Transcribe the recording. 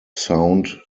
sound